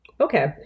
Okay